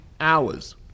hours